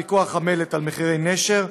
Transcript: פיקוח על מחירי המלט של נשר,